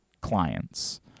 clients